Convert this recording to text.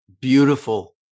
Beautiful